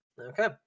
Okay